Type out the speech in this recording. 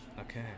Okay